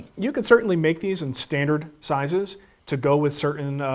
you can certainly make these in standard sizes to go with certain